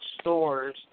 stores